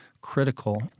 critical